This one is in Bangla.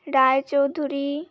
রায়চৌধুরী